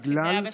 בגלל השבת.